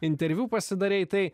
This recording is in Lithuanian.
interviu pasidarei tai